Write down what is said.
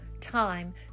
time